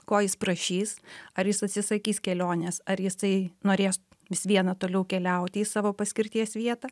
ko jis prašys ar jis atsisakys kelionės ar jisai norės vis viena toliau keliauti į savo paskirties vietą